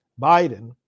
Biden